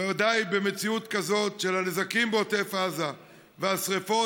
וודאי במציאות כזאת של הנזקים בעוטף עזה והשרפות,